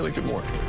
like good morning,